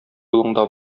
юлыңда